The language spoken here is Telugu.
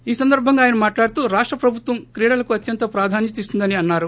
ఈ సందర్బంగా ఆయన మాట్లాడుతూ రాష్ట ప్రభుత్వం క్రిడలకు అత్వంత ప్రాధాన్యత ఇస్తుందని అన్నారు